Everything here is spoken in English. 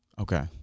Okay